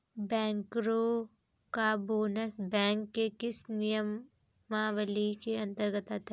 बैंकरों का bonus bank के किस नियमावली के अंतर्गत आता है?